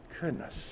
goodness